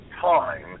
time